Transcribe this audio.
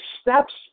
steps